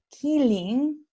killing